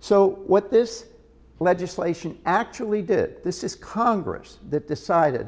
so what this legislation actually did this is congress that decided